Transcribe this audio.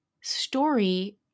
story